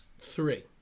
Three